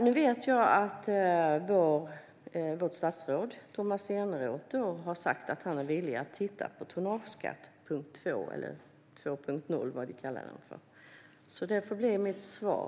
Nu vet jag att vårt statsråd Tomas Eneroth har sagt att han är villig att titta på tonnageskatt 2.0. Det får bli mitt svar.